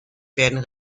werden